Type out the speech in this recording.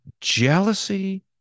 jealousy